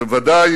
ובוודאי